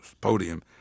podium –